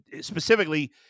specifically